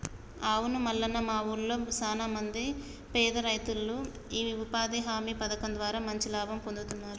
అవును మల్లన్న మా ఊళ్లో సాన మంది పేద రైతులు ఈ ఉపాధి హామీ పథకం ద్వారా మంచి లాభం పొందుతున్నారు